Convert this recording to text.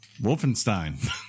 Wolfenstein